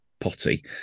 potty